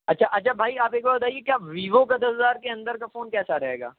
اچھا اچھا بھائی آپ ایک بات بتائیے کیا ویوو کا دس ہزار کے اندر کا فون کیسا رہے گا